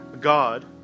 God